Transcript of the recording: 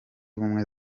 ubumwe